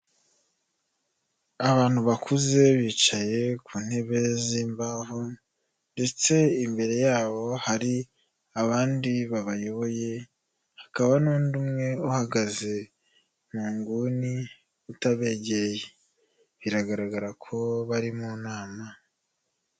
Abantu bakuze bicaye ku ntebe z'imbaho ndetse imbere yabo hari abandi babayoboye hakaba n'undi umwe uhagaze mu nguni utabegereye biragaragara ko bari mu nama.